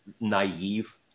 naive